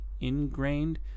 ingrained